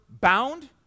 bound